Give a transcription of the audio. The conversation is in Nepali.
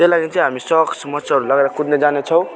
त्यो लागि चाहिँ हामी सक्स मोजाहरू लगाएर कुद्नु जानेछौँ